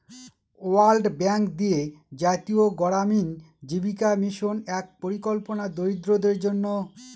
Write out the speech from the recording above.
world bank দিয়ে জাতীয় গড়ামিন জীবিকা মিশন এক পরিকল্পনা দরিদ্রদের জন্য